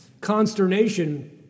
consternation